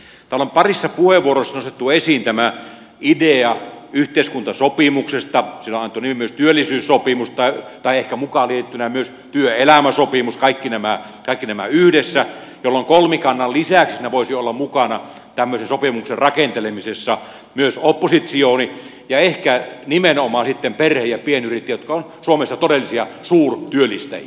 täällä on parissa puheenvuorossa nostettu esiin tämä idea yhteiskuntasopimuksesta sille on myös annettu nimi työllisyyssopimus tai ehkä mukaan liitettynä myös työelämäsopimus kaikki nämä yhdessä jolloin kolmikannan lisäksi siinä voisi olla mukana tämmöisen sopimuksen rakentelemisessa myös oppositsioni ja ehkä nimenomaan sitten perhe ja pienyrittäjät jotka ovat suomessa todellisia suurtyöllistäjiä